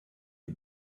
est